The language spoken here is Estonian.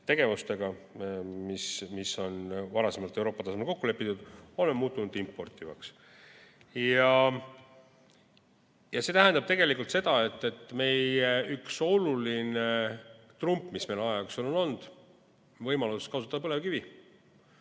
tegevustega, mis on varasemalt Euroopa tasemel kokku lepitud, oleme muutunud importivaks. See tähendab tegelikult seda, et üks oluline trump, mis meil on olnud, võimalus kasutada põlevkivi